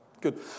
Good